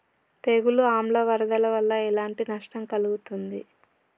తెగులు ఆమ్ల వరదల వల్ల ఎలాంటి నష్టం కలుగుతది?